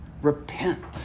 Repent